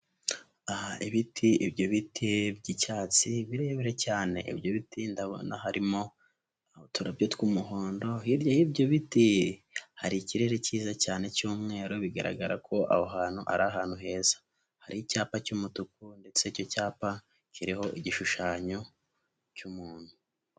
Aha ibiti, ibyo biti by'icyatsi birebire cyane, ibyo biti ndabona harimo uturabyo tw'umuhondo, hirya y'ibyo biti hari ikirere cyiza cyane cy'umweru bigaragara ko aho hantu ari ahantu heza, hari icyapa cy'umutuku ndetse icyo cyapa kiriho igishushanyo cy'umuntu.